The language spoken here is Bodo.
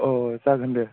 औ जागोन दे